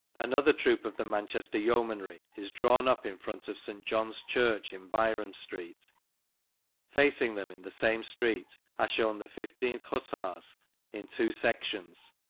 another troop of the man chester yeomanry is drawn up in front of st. john's church, in byrom street facing them, in the same street, are shown the fifteenth hussars in two sections,